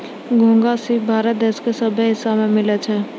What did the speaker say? घोंघा, सिप भारत देश के सभ्भे हिस्सा में मिलै छै